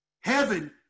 Heaven